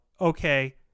okay